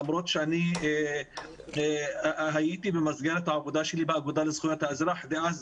למרות שאני הייתי במסגרת העבודה שלי באגודה לזכויות האזרח דאז,